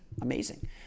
Amazing